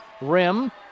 rim